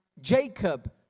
Jacob